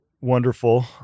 wonderful